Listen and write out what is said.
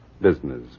business